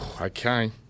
Okay